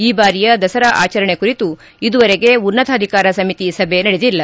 ಈ ಬಾರಿಯ ದಸರಾ ಆಚರಣೆ ಕುರಿತು ಇದುವರೆಗೆ ಉನ್ನತಾಧಿಕಾರ ಸಮಿತಿ ಸಭೆ ನಡೆದಿಲ್ಲ